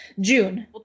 June